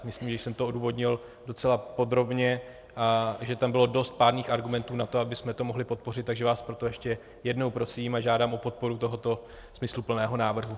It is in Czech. Myslím, že jsem to odůvodnil docela podrobně a že tam bylo dost pádných argumentů na to, abychom to mohli podpořit, takže vás proto ještě jednou prosím a žádám o podporu tohoto smysluplného návrhu.